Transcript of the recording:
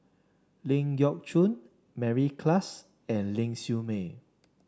Ling Geok Choon Mary Klass and Ling Siew May